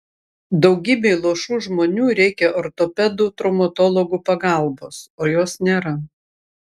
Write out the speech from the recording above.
daugybei luošų žmonių reikia ortopedų traumatologų pagalbos o jos nėra